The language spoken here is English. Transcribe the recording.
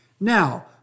Now